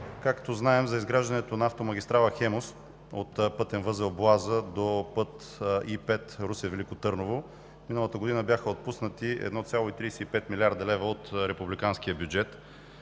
Както знаем, за изграждането на автомагистрала „Хемус“ от пътен възел „Боаза“ до път І-5 Русе – Велико Търново миналата година бяха отпуснати 1,35 млрд. лв. от републиканския бюджет.